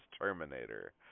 Terminator